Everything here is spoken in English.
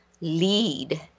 lead